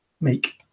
make